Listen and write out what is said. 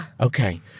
Okay